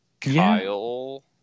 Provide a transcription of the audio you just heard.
Kyle